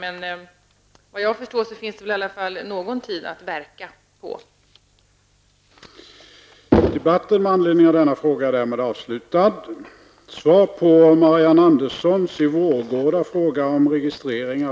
Men vad jag förstår finns det väl i alla fall någon tid att verka på.